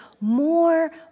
more